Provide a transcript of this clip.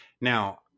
Now